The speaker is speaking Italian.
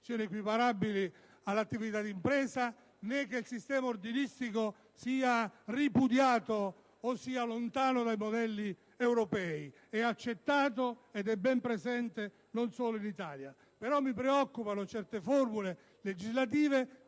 siano equiparabili all'attività di impresa, né che il sistema ordinistico sia ripudiato o sia lontano dai modelli europei: anzi, è accettato ed è ben presente non solo in Italia. Però mi preoccupano certe formule legislative